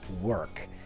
work